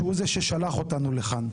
שהוא זה ששלח אותנו לכאן.